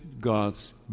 God's